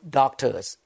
doctors